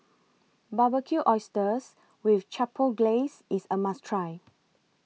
Barbecued Oysters with Chipotle Glaze IS A must Try